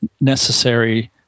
necessary